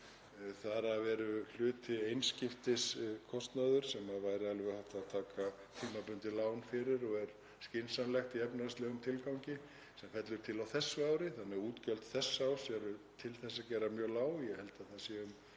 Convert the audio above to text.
Þar af er hluti einskiptiskostnaður, sem væri alveg hægt að taka tímabundið lán fyrir og er skynsamlegt í efnahagslegum tilgangi, sem fellur til á þessu ári þannig að útgjöld þessa árs eru til þess að gera mjög lág, ég held að það séu